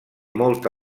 molta